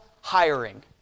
Hiring